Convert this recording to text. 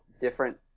different